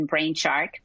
Brainshark